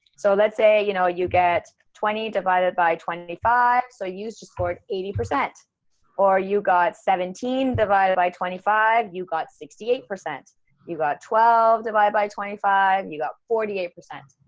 so let's say you know, you get twenty divided by twenty five so you score eighty percent or you got seventeen divided by twenty five you got sixty eight percent you got twelve divided by twenty five you got forty eight percent.